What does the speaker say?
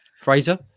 Fraser